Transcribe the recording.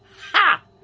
ha!